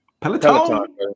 Peloton